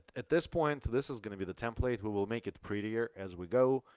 at this point, this is going to be the template. we will make it prettier as we go,